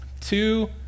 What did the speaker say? Two